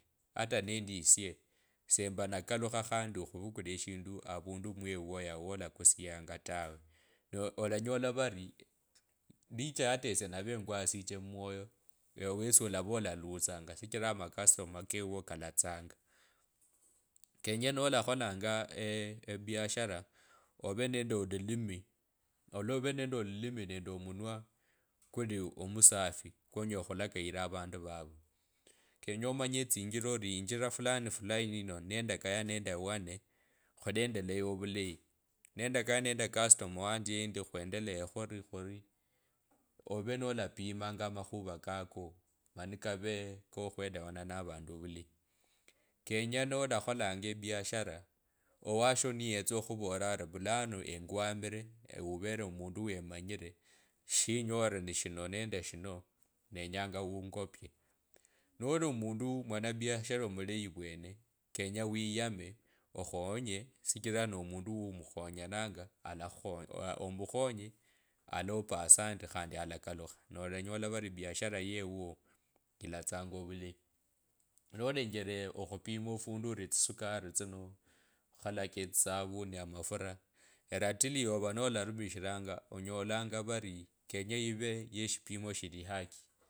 Hata nembaesie sambana kalukha khandi okhu vukula mweuoya omwala kusianga tawa no olanya vali licha ya hataesi anawanikwa si chemumuoyo ewe wesiola vaaolalusanga shijila makastoma keuoka latsanga, kenye omusafi kwonye lao khula kaira avandu vavo. Kenyeo manyetsi njilao riinjila fulani khulainii nonende kaya nende kastoma wanje endi khwendelea khuri khuri owen kola pimanga amakhuvakako, manikavee ko khwelewana na vanduvulayi, kenye nola kholangae biashara owashoni yetsao khuvuriraari vulano engwamiree weuvere omundu wemanyire shenyotre nishinonendeshino nenyanga ungopie. no limundu mwanabiashara omulayi mwene kenya wiyame okhonye shijilano munduu mukhonya nanga ala khukho omukhonye alapo asante khandi alakalukha noola nyolava liebiashara yeuoya lasts angavulayi. No lenge khupima funduo ritsi sikari tsino khukhula katsisa vuni amafura erati, li yovano larumishilanga onyalanga vali kenye ivee yeshipi moshili haki.